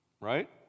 right